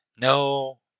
no